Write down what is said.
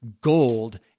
gold